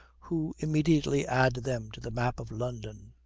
who immediately add them to the map of london.